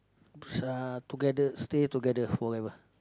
uh together stay together forever